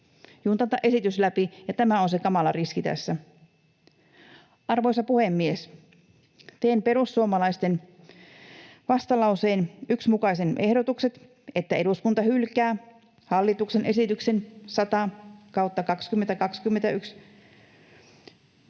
juntata esitys läpi, ja tämä on se kamala riski tässä. Arvoisa puhemies! Teen perussuomalaisten vastalauseen 1 mukaiset ehdotukset, että eduskunta hylkää hallituksen esityksessä 100/2021